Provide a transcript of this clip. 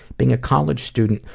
being a college student,